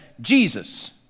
Jesus